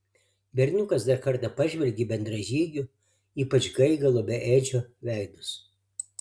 berniukas dar kartą pažvelgė į bendražygių ypač gaigalo bei edžio veidus